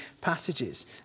passages